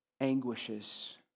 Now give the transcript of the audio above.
anguishes